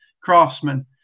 craftsman